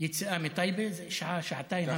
וביציאה מטייבה, זה שעה-שעתיים המתנה.